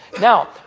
Now